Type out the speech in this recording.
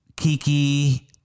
Kiki